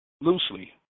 loosely